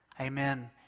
Amen